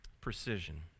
Precision